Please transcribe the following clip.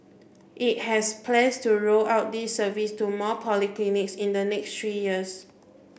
it has plans to roll out this service to more polyclinics in the next three years